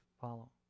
follow